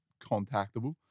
contactable